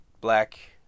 black